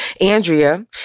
Andrea